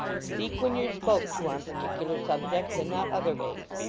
speak when you're spoke to on particular subjects, and not otherways.